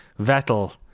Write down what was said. Vettel